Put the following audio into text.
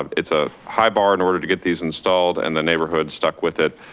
um it's a high bar in order to get these installed and the neighborhood stuck with it,